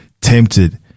tempted